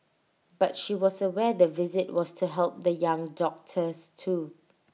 but she was aware the visit was to help the young doctors too